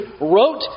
wrote